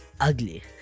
ugly